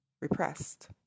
repressed